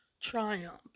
Triumph